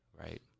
right